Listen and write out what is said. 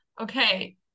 okay